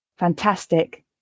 fantastic